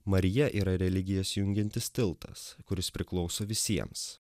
marija yra religijas jungiantis tiltas kuris priklauso visiems